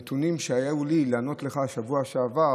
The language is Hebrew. הנתונים שהיו לי לענות לך בשבוע שעבר